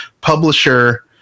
publisher